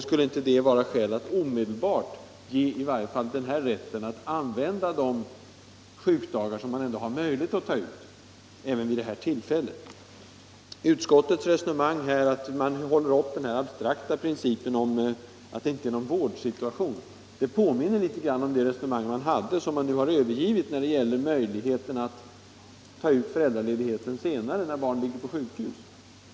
Skulle inte det vara skäl att omedelbart ge pappan rätt att använda de sjukdagar, som han ändå har möjlighet att ta ut, även vid detta tillfälle? Utskottet håller upp den abstrakta principen att det inte är någon vårdsituation. Det påminner om det resonemang man hade, men nu har lämnat, när det gällde möjligheterna att ta ut föräldraledigheten senare, när barn ligger på sjukhus.